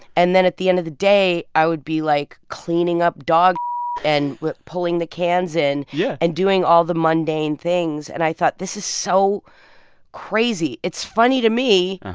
and then at the end of the day, i would be, like, cleaning up dog and pulling the cans in. yeah. and doing all the mundane things. and i thought, this is so crazy. it's funny to me.